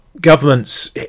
governments